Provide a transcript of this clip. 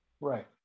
Right